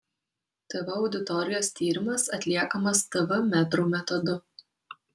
tv auditorijos tyrimas atliekamas tv metrų metodu